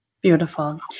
Beautiful